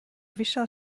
vishal